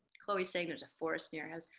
chloe's saying, there's a forest near her house.